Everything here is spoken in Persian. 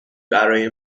برای